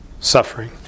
suffering